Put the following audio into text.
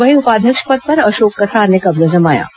वहीं उपाध्यक्ष पद पर अशोक कसार ने कब्जा जमाया है